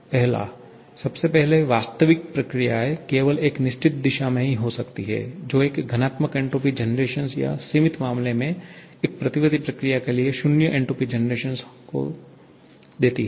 1 सबसे पहले वास्तविक प्रक्रियाएं केवल एक निश्चित दिशा में ही हो सकती हैं जो एक घनात्मक एन्ट्रापी जनरेशन या सीमित मामले में एक प्रतिवर्ती प्रक्रिया के लिए शून्य एन्ट्रापी जनरेशन को देती है